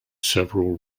several